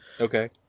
okay